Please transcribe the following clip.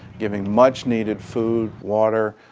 giving much-needed food, water,